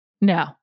No